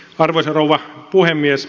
arvoisa rouva puhemies